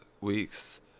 weeks